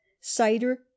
cider